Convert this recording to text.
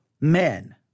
men